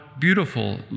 beautiful